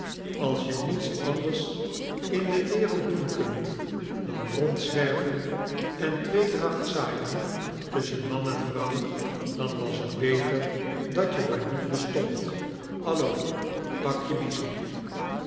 als je niets anders in de wereld doen kunt dan rondzwerven en tweedracht zaaien tusschen man en vrouw dan was t betei dat je maar niet bestondt alio pak je biezen